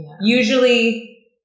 Usually